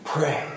Pray